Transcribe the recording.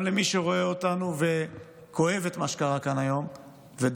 גם למי שרואה אותנו וכואב את מה שקרה כאן היום ודואג: